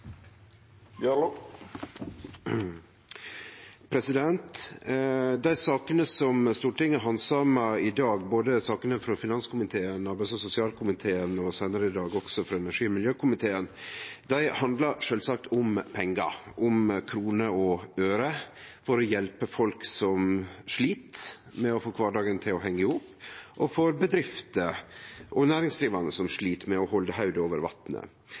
refererte til. Dei sakene som Stortinget handsamar i dag, både sakene frå finanskomiteen, frå arbeids- og sosialkomiteen og seinare i dag også frå energi- og miljøkomiteen, handlar sjølvsagt om pengar, om kroner og øre, for å hjelpe folk som slit med å få kvardagen til å hengje i hop, og for bedrifter og næringsdrivande som slit med å halde hovudet over vatnet.